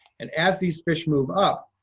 and as these fish move up,